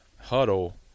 huddle